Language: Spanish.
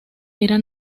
era